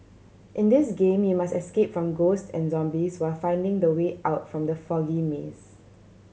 in this game you must escape from ghost and zombies while finding the way out from the foggy maze